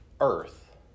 earth